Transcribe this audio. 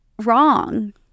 wrong